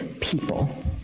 people